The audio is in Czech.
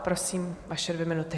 Prosím, vaše dvě minuty.